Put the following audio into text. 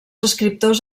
escriptors